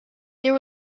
there